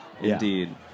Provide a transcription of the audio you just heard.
Indeed